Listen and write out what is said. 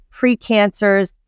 precancers